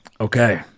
Okay